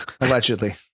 allegedly